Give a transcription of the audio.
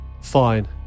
fine